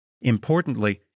Importantly